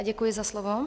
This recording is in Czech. Děkuji za slovo.